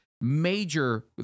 major